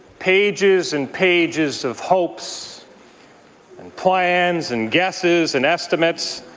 pages and pages of hopes and plans and guesses and estimates.